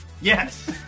Yes